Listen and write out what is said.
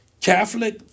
Catholic